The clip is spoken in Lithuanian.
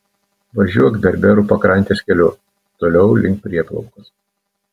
važiuok berberų pakrantės keliu toliau link prieplaukos